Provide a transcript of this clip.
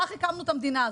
כך הקמנו את המדינה הזאת.